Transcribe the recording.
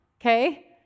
okay